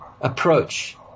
approach